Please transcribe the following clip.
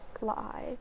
lie